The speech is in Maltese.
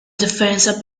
differenza